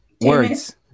Words